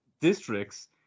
districts